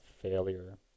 failure